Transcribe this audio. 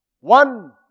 One